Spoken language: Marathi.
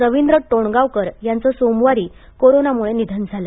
रविंद्र टोणगावकर यांचं सोमवारी कोरोनामुळे निधन झालं